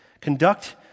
Conduct